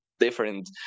different